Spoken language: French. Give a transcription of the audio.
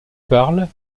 parle